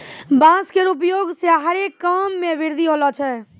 बांस केरो उपयोग सें हरे काम मे वृद्धि होलो छै